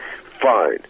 fine